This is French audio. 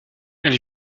elle